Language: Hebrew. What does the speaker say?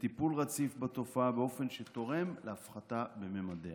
לטיפול רציף בתופעה באופן שתורם להפחתה בממדיה.